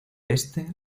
este